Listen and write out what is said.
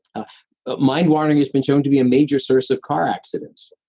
ah but mind-wandering has been shown to be a major source of car accidents.